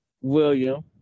William